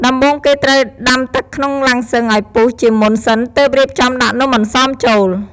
ដំបូងគេត្រូវដាំទឹកក្នុងឡាំងសុឹងឱ្យពុះជាមុនសិនទើបរៀបចំដាក់នំអន្សមចូល។